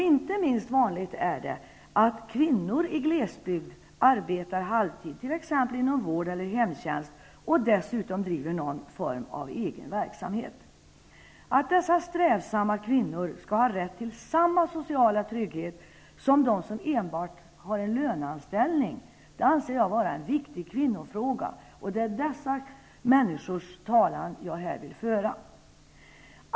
Inte minst vanligt är det att kvinnor i glesbygd arbetar halvtid, t.ex. inom vård eller hemtjänst, och dessutom driver någon form av egen verksamhet. Att dessa strävsamma kvinnor skall ha rätt till samma sociala trygghet som de som enbart har en löneanställning anser jag vara en viktig kvinnofråga. Det är dessa människors talan jag här vill föra.